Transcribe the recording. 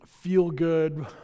feel-good